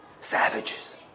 Savages